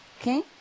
okay